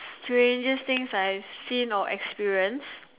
strangest things I've seen or experienced